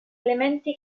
elementi